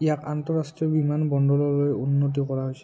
ইয়াক আন্তঃৰাষ্ট্ৰীয় বিমান বন্দৰলৈ উন্নতি কৰা হৈছে